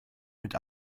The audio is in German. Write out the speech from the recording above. mit